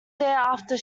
thereafter